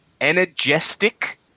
energetic